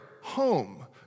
home